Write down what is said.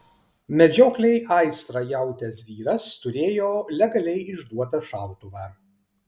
medžioklei aistrą jautęs vyras turėjo legaliai išduotą šautuvą